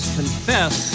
confess